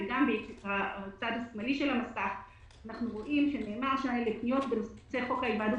וגם בצד השמאלי של המסך נאמר שלפניות בנושא חוק ההיוועדות